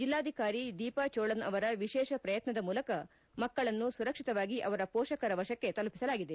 ಜಿಲ್ಲಾಧಿಕಾರಿ ದೀಪಾ ಚೋಳನ್ ಅವರ ವಿಶೇಷ ಪ್ರಯತ್ನದ ಮೂಲಕ ಮಕ್ಕಳನ್ನು ಸುರಕ್ಷಿತವಾಗಿ ಅವರ ಪೋಷಕರ ವಶಕ್ಕೆ ತಲುಪಿಸಲಾಗಿದೆ